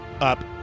up